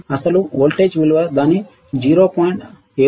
అసలు వోల్టేజ్ విలువ దాని 0